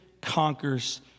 conquers